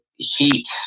heat